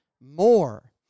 more